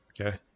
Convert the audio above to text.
Okay